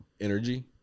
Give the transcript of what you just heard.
energy